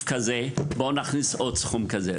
כזה" או: "בואו נכניס עוד סכום כזה".